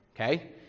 okay